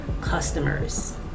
customers